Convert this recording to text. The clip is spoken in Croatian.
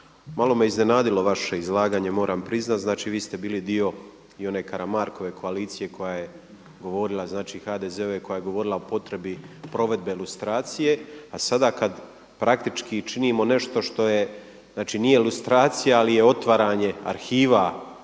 malo me iznenadilo vaše izlaganje, moram priznati, znači vi ste bili dio i one Karamarkove koalicije koja je govorila, znači HDZ-ove koja je govorila o potrebi provedbe lustracije a sada kada praktički činimo nešto što je, znači nije lustracija ali je otvaranje arhiva.